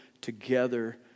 together